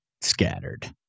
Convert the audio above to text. scattered